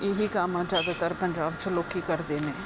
ਇਹੀ ਕੰਮ ਜ਼ਿਆਦਾਤਰ ਪੰਜਾਬ 'ਚ ਲੋਕੀਂ ਕਰਦੇ ਨੇ